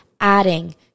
adding